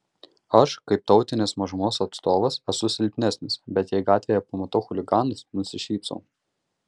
aš kaip tautinės mažumos atstovas esu silpnesnis bet jei gatvėje pamatau chuliganus nusišypsau